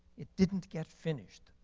it didn't get finished.